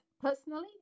personally